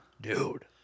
dude